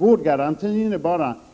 Vårdgaranti